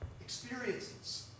experiences